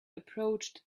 approached